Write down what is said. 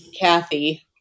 Kathy